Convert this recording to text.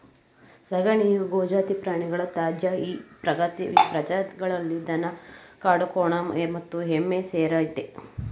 ಸಗಣಿಯು ಗೋಜಾತಿ ಪ್ರಾಣಿಗಳ ತ್ಯಾಜ್ಯ ಈ ಪ್ರಜಾತಿಗಳಲ್ಲಿ ದನ ಹಾಗೂ ಕಾಡುಕೋಣ ಮತ್ತು ಎಮ್ಮೆ ಸೇರಯ್ತೆ